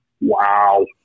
Wow